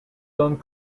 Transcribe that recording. done